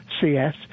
CS